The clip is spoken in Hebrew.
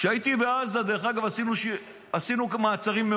כשהייתי בעזה עשינו מעצרים,